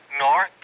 North